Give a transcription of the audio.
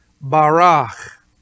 Barach